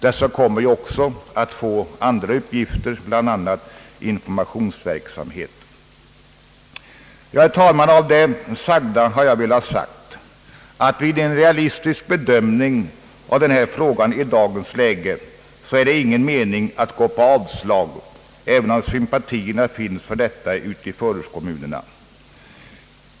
Dessa kontor kommer också att få andra uppgifter, bl.a. informationsverksamhet. Herr talman! Med det nu anförda har jag velat säga, att det vid en realistisk bedömning av denna fråga i dagens läge inte är någon mening med att gå på avslagslinjen, även om det finns sympatier för detta ute i förortskommunerna.